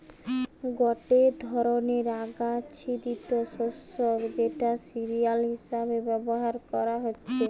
গটে ধরণের আচ্ছাদিত শস্য যেটা সিরিয়াল হিসেবে ব্যবহার করা হতিছে